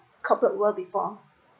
corporate world before